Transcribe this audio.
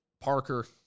Parker